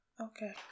okay